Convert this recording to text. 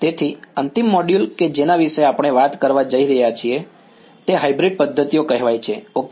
તેથી અંતિમ મોડ્યુલ કે જેના વિશે આપણે વાત કરવા જઈ રહ્યા છીએ તે હાઇબ્રિડ પદ્ધતિઓ કહેવાય છે ઓકે